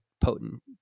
potent